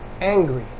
angry